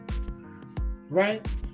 right